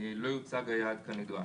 לא יושג היעד כנדרש.